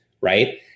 right